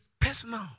personal